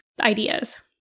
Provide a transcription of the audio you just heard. ideas